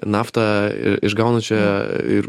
naftą išgaunančioje ir